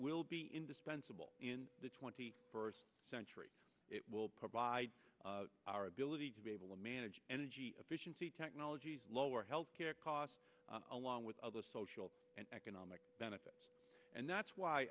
will be indispensable in the twenty first century it will provide our ability to be able to manage energy efficiency technologies lower health care costs along with other social and economic and that's why